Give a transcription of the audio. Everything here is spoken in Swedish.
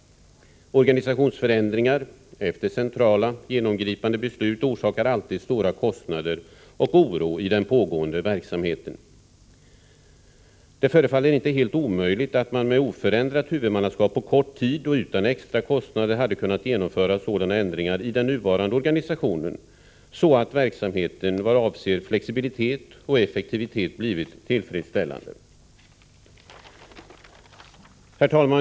Organisationsförändringar efter cent AMU rala genomgripande beslut orsakar alltid stora kostnader och oro i den pågående verksamheten. Det förefaller inte helt omöjligt att man med oförändrat huvudmannaskap på kort tid och utan extra kostnader hade kunnat genomföra sådana ändringar i den nuvarande organisationen, så att verksamheten vad avser flexibilitet och effektivitet hade blivit tillfredsställande.